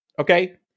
okay